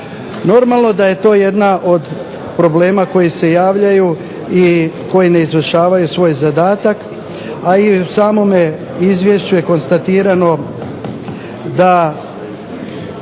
Normalno da je to jedna od problema koji se javljaju i koji ne izvršavaju svoj zadatak, a i u samome izvješću je konstatirano da